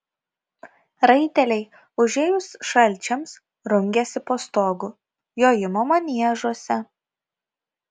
raiteliai užėjus šalčiams rungiasi po stogu jojimo maniežuose